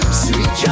sweet